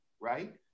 right